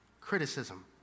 Criticism